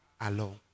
Alone